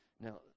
Now